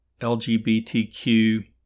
LGBTQ